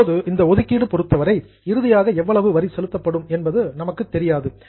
இப்போது இந்த ஒதுக்கீடு பொறுத்தவரை இறுதியாக எவ்வளவு வரி செலுத்தப்படும் என்பது நமக்குத் தெரியாது